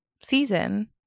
season